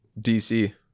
DC